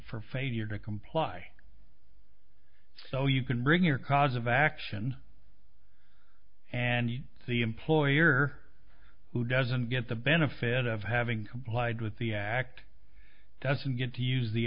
for failure to comply so you can bring your cause of action and the employer who doesn't get the benefit of having complied with the act doesn't get to use the